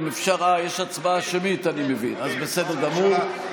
אם אפשר, יש הצבעה שמית, אני מבין, אז בסדר גמור.